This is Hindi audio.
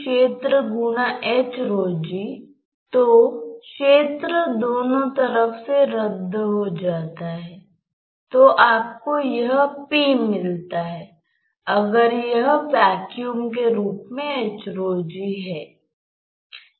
Y h v 0 कोई प्रवेश सीमा शर्त नहीं तो यह एक बिंदु पर त्वरण है